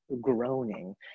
groaning